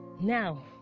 now